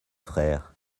frères